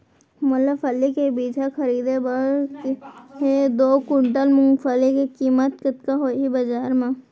मोला फल्ली के बीजहा खरीदे बर हे दो कुंटल मूंगफली के किम्मत कतका होही बजार म?